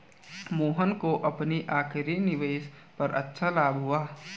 मोहन को अपनी आखिरी निवेश पर अच्छा लाभ हुआ